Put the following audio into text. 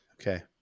Okay